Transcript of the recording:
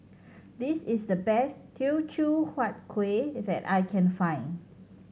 this is the best Teochew Huat Kueh that I can find